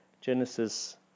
Genesis